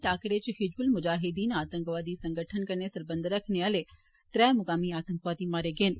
टाकरे च हिज़बुल मुजाहीद्दीन आतंकवादी संगठन कन्नै सरबंध रक्खने आले त्रै मुकामी आतंकवादी मारे गे न